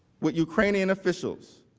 with ukrainian officials.